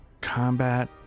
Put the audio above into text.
Combat